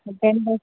ஒரு ten thousand